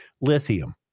lithium